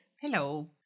Hello